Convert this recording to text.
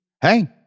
Hey